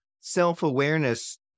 self-awareness